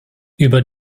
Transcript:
über